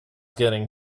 getting